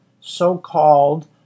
so-called